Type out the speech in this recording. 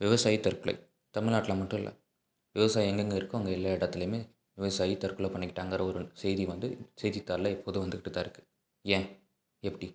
விவசாயி தற்கொலை தமிழ்நாட்ல மட்டும் இல்லை விவசாயம் எங்கெங்கே இருக்கோ அங்கே எல்லா இடத்துலையுமே விவசாயி தற்கொலை பண்ணிக்கிட்டாங்கிற ஒரு செய்தி வந்து செய்தித்தாளில் எப்போதும் வந்துக்கிட்டுதான் இருக்குது ஏன் எப்படி